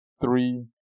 three